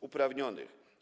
uprawnionych.